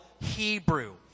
Hebrew